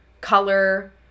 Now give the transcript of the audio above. color